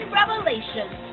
revelations